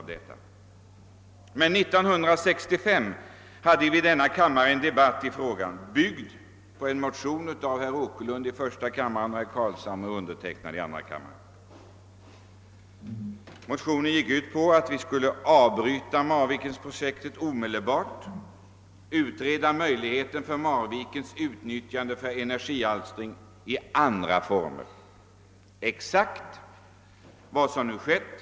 Men 1965 hade vi i denna kammare en debatt om de frågorna, vilken byggde på två likalydande motioner, väckta av herr Åkerlund i första kammaren och av herr Carlshamre och mig i denna kammare, och den gick ut på att vi skulle avbryta Marvikenprojektet omedelbart och utreda möjligheterna för Marvikens utnyttjande för energiproduktion i andra former. Det var alltså exakt vad som nu har hänt.